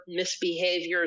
misbehaviors